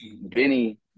Benny